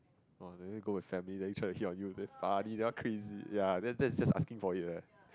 oh that mean go with family then try to hit on you damn funny that one crazy ya then that is just asking for it eh